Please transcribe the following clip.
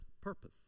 purpose